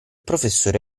professore